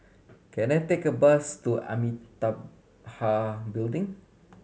can I take a bus to Amitabha Building